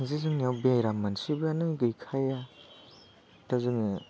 जि जोंनियाव बेराम मोनसेबोआनो गैखाया दा जोङो